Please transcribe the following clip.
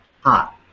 hot